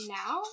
now